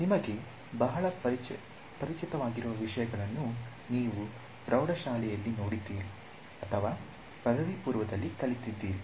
ನಿಮಗೆ ಬಹಳ ಪರಿಚಿತವಾಗಿರುವ ವಿಷಯಗಳನ್ನು ನೀವು ಪ್ರೌಢ ಶಾಲೆಯಲ್ಲಿ ನೋಡಿದ್ದೀರಿ ಅಥವಾ ಪದವಿಪೂರ್ವದಲ್ಲಿ ಕಲಿತಿದ್ದೀರಿ